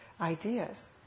ideas